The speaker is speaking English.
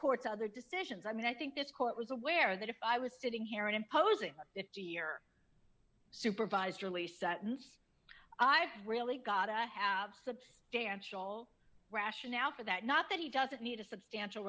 court's other decisions i mean i think this court was aware that if i was sitting here and imposing a fifty year supervised release sentence i've really got to have substantial rationale for that not that he doesn't need a substantial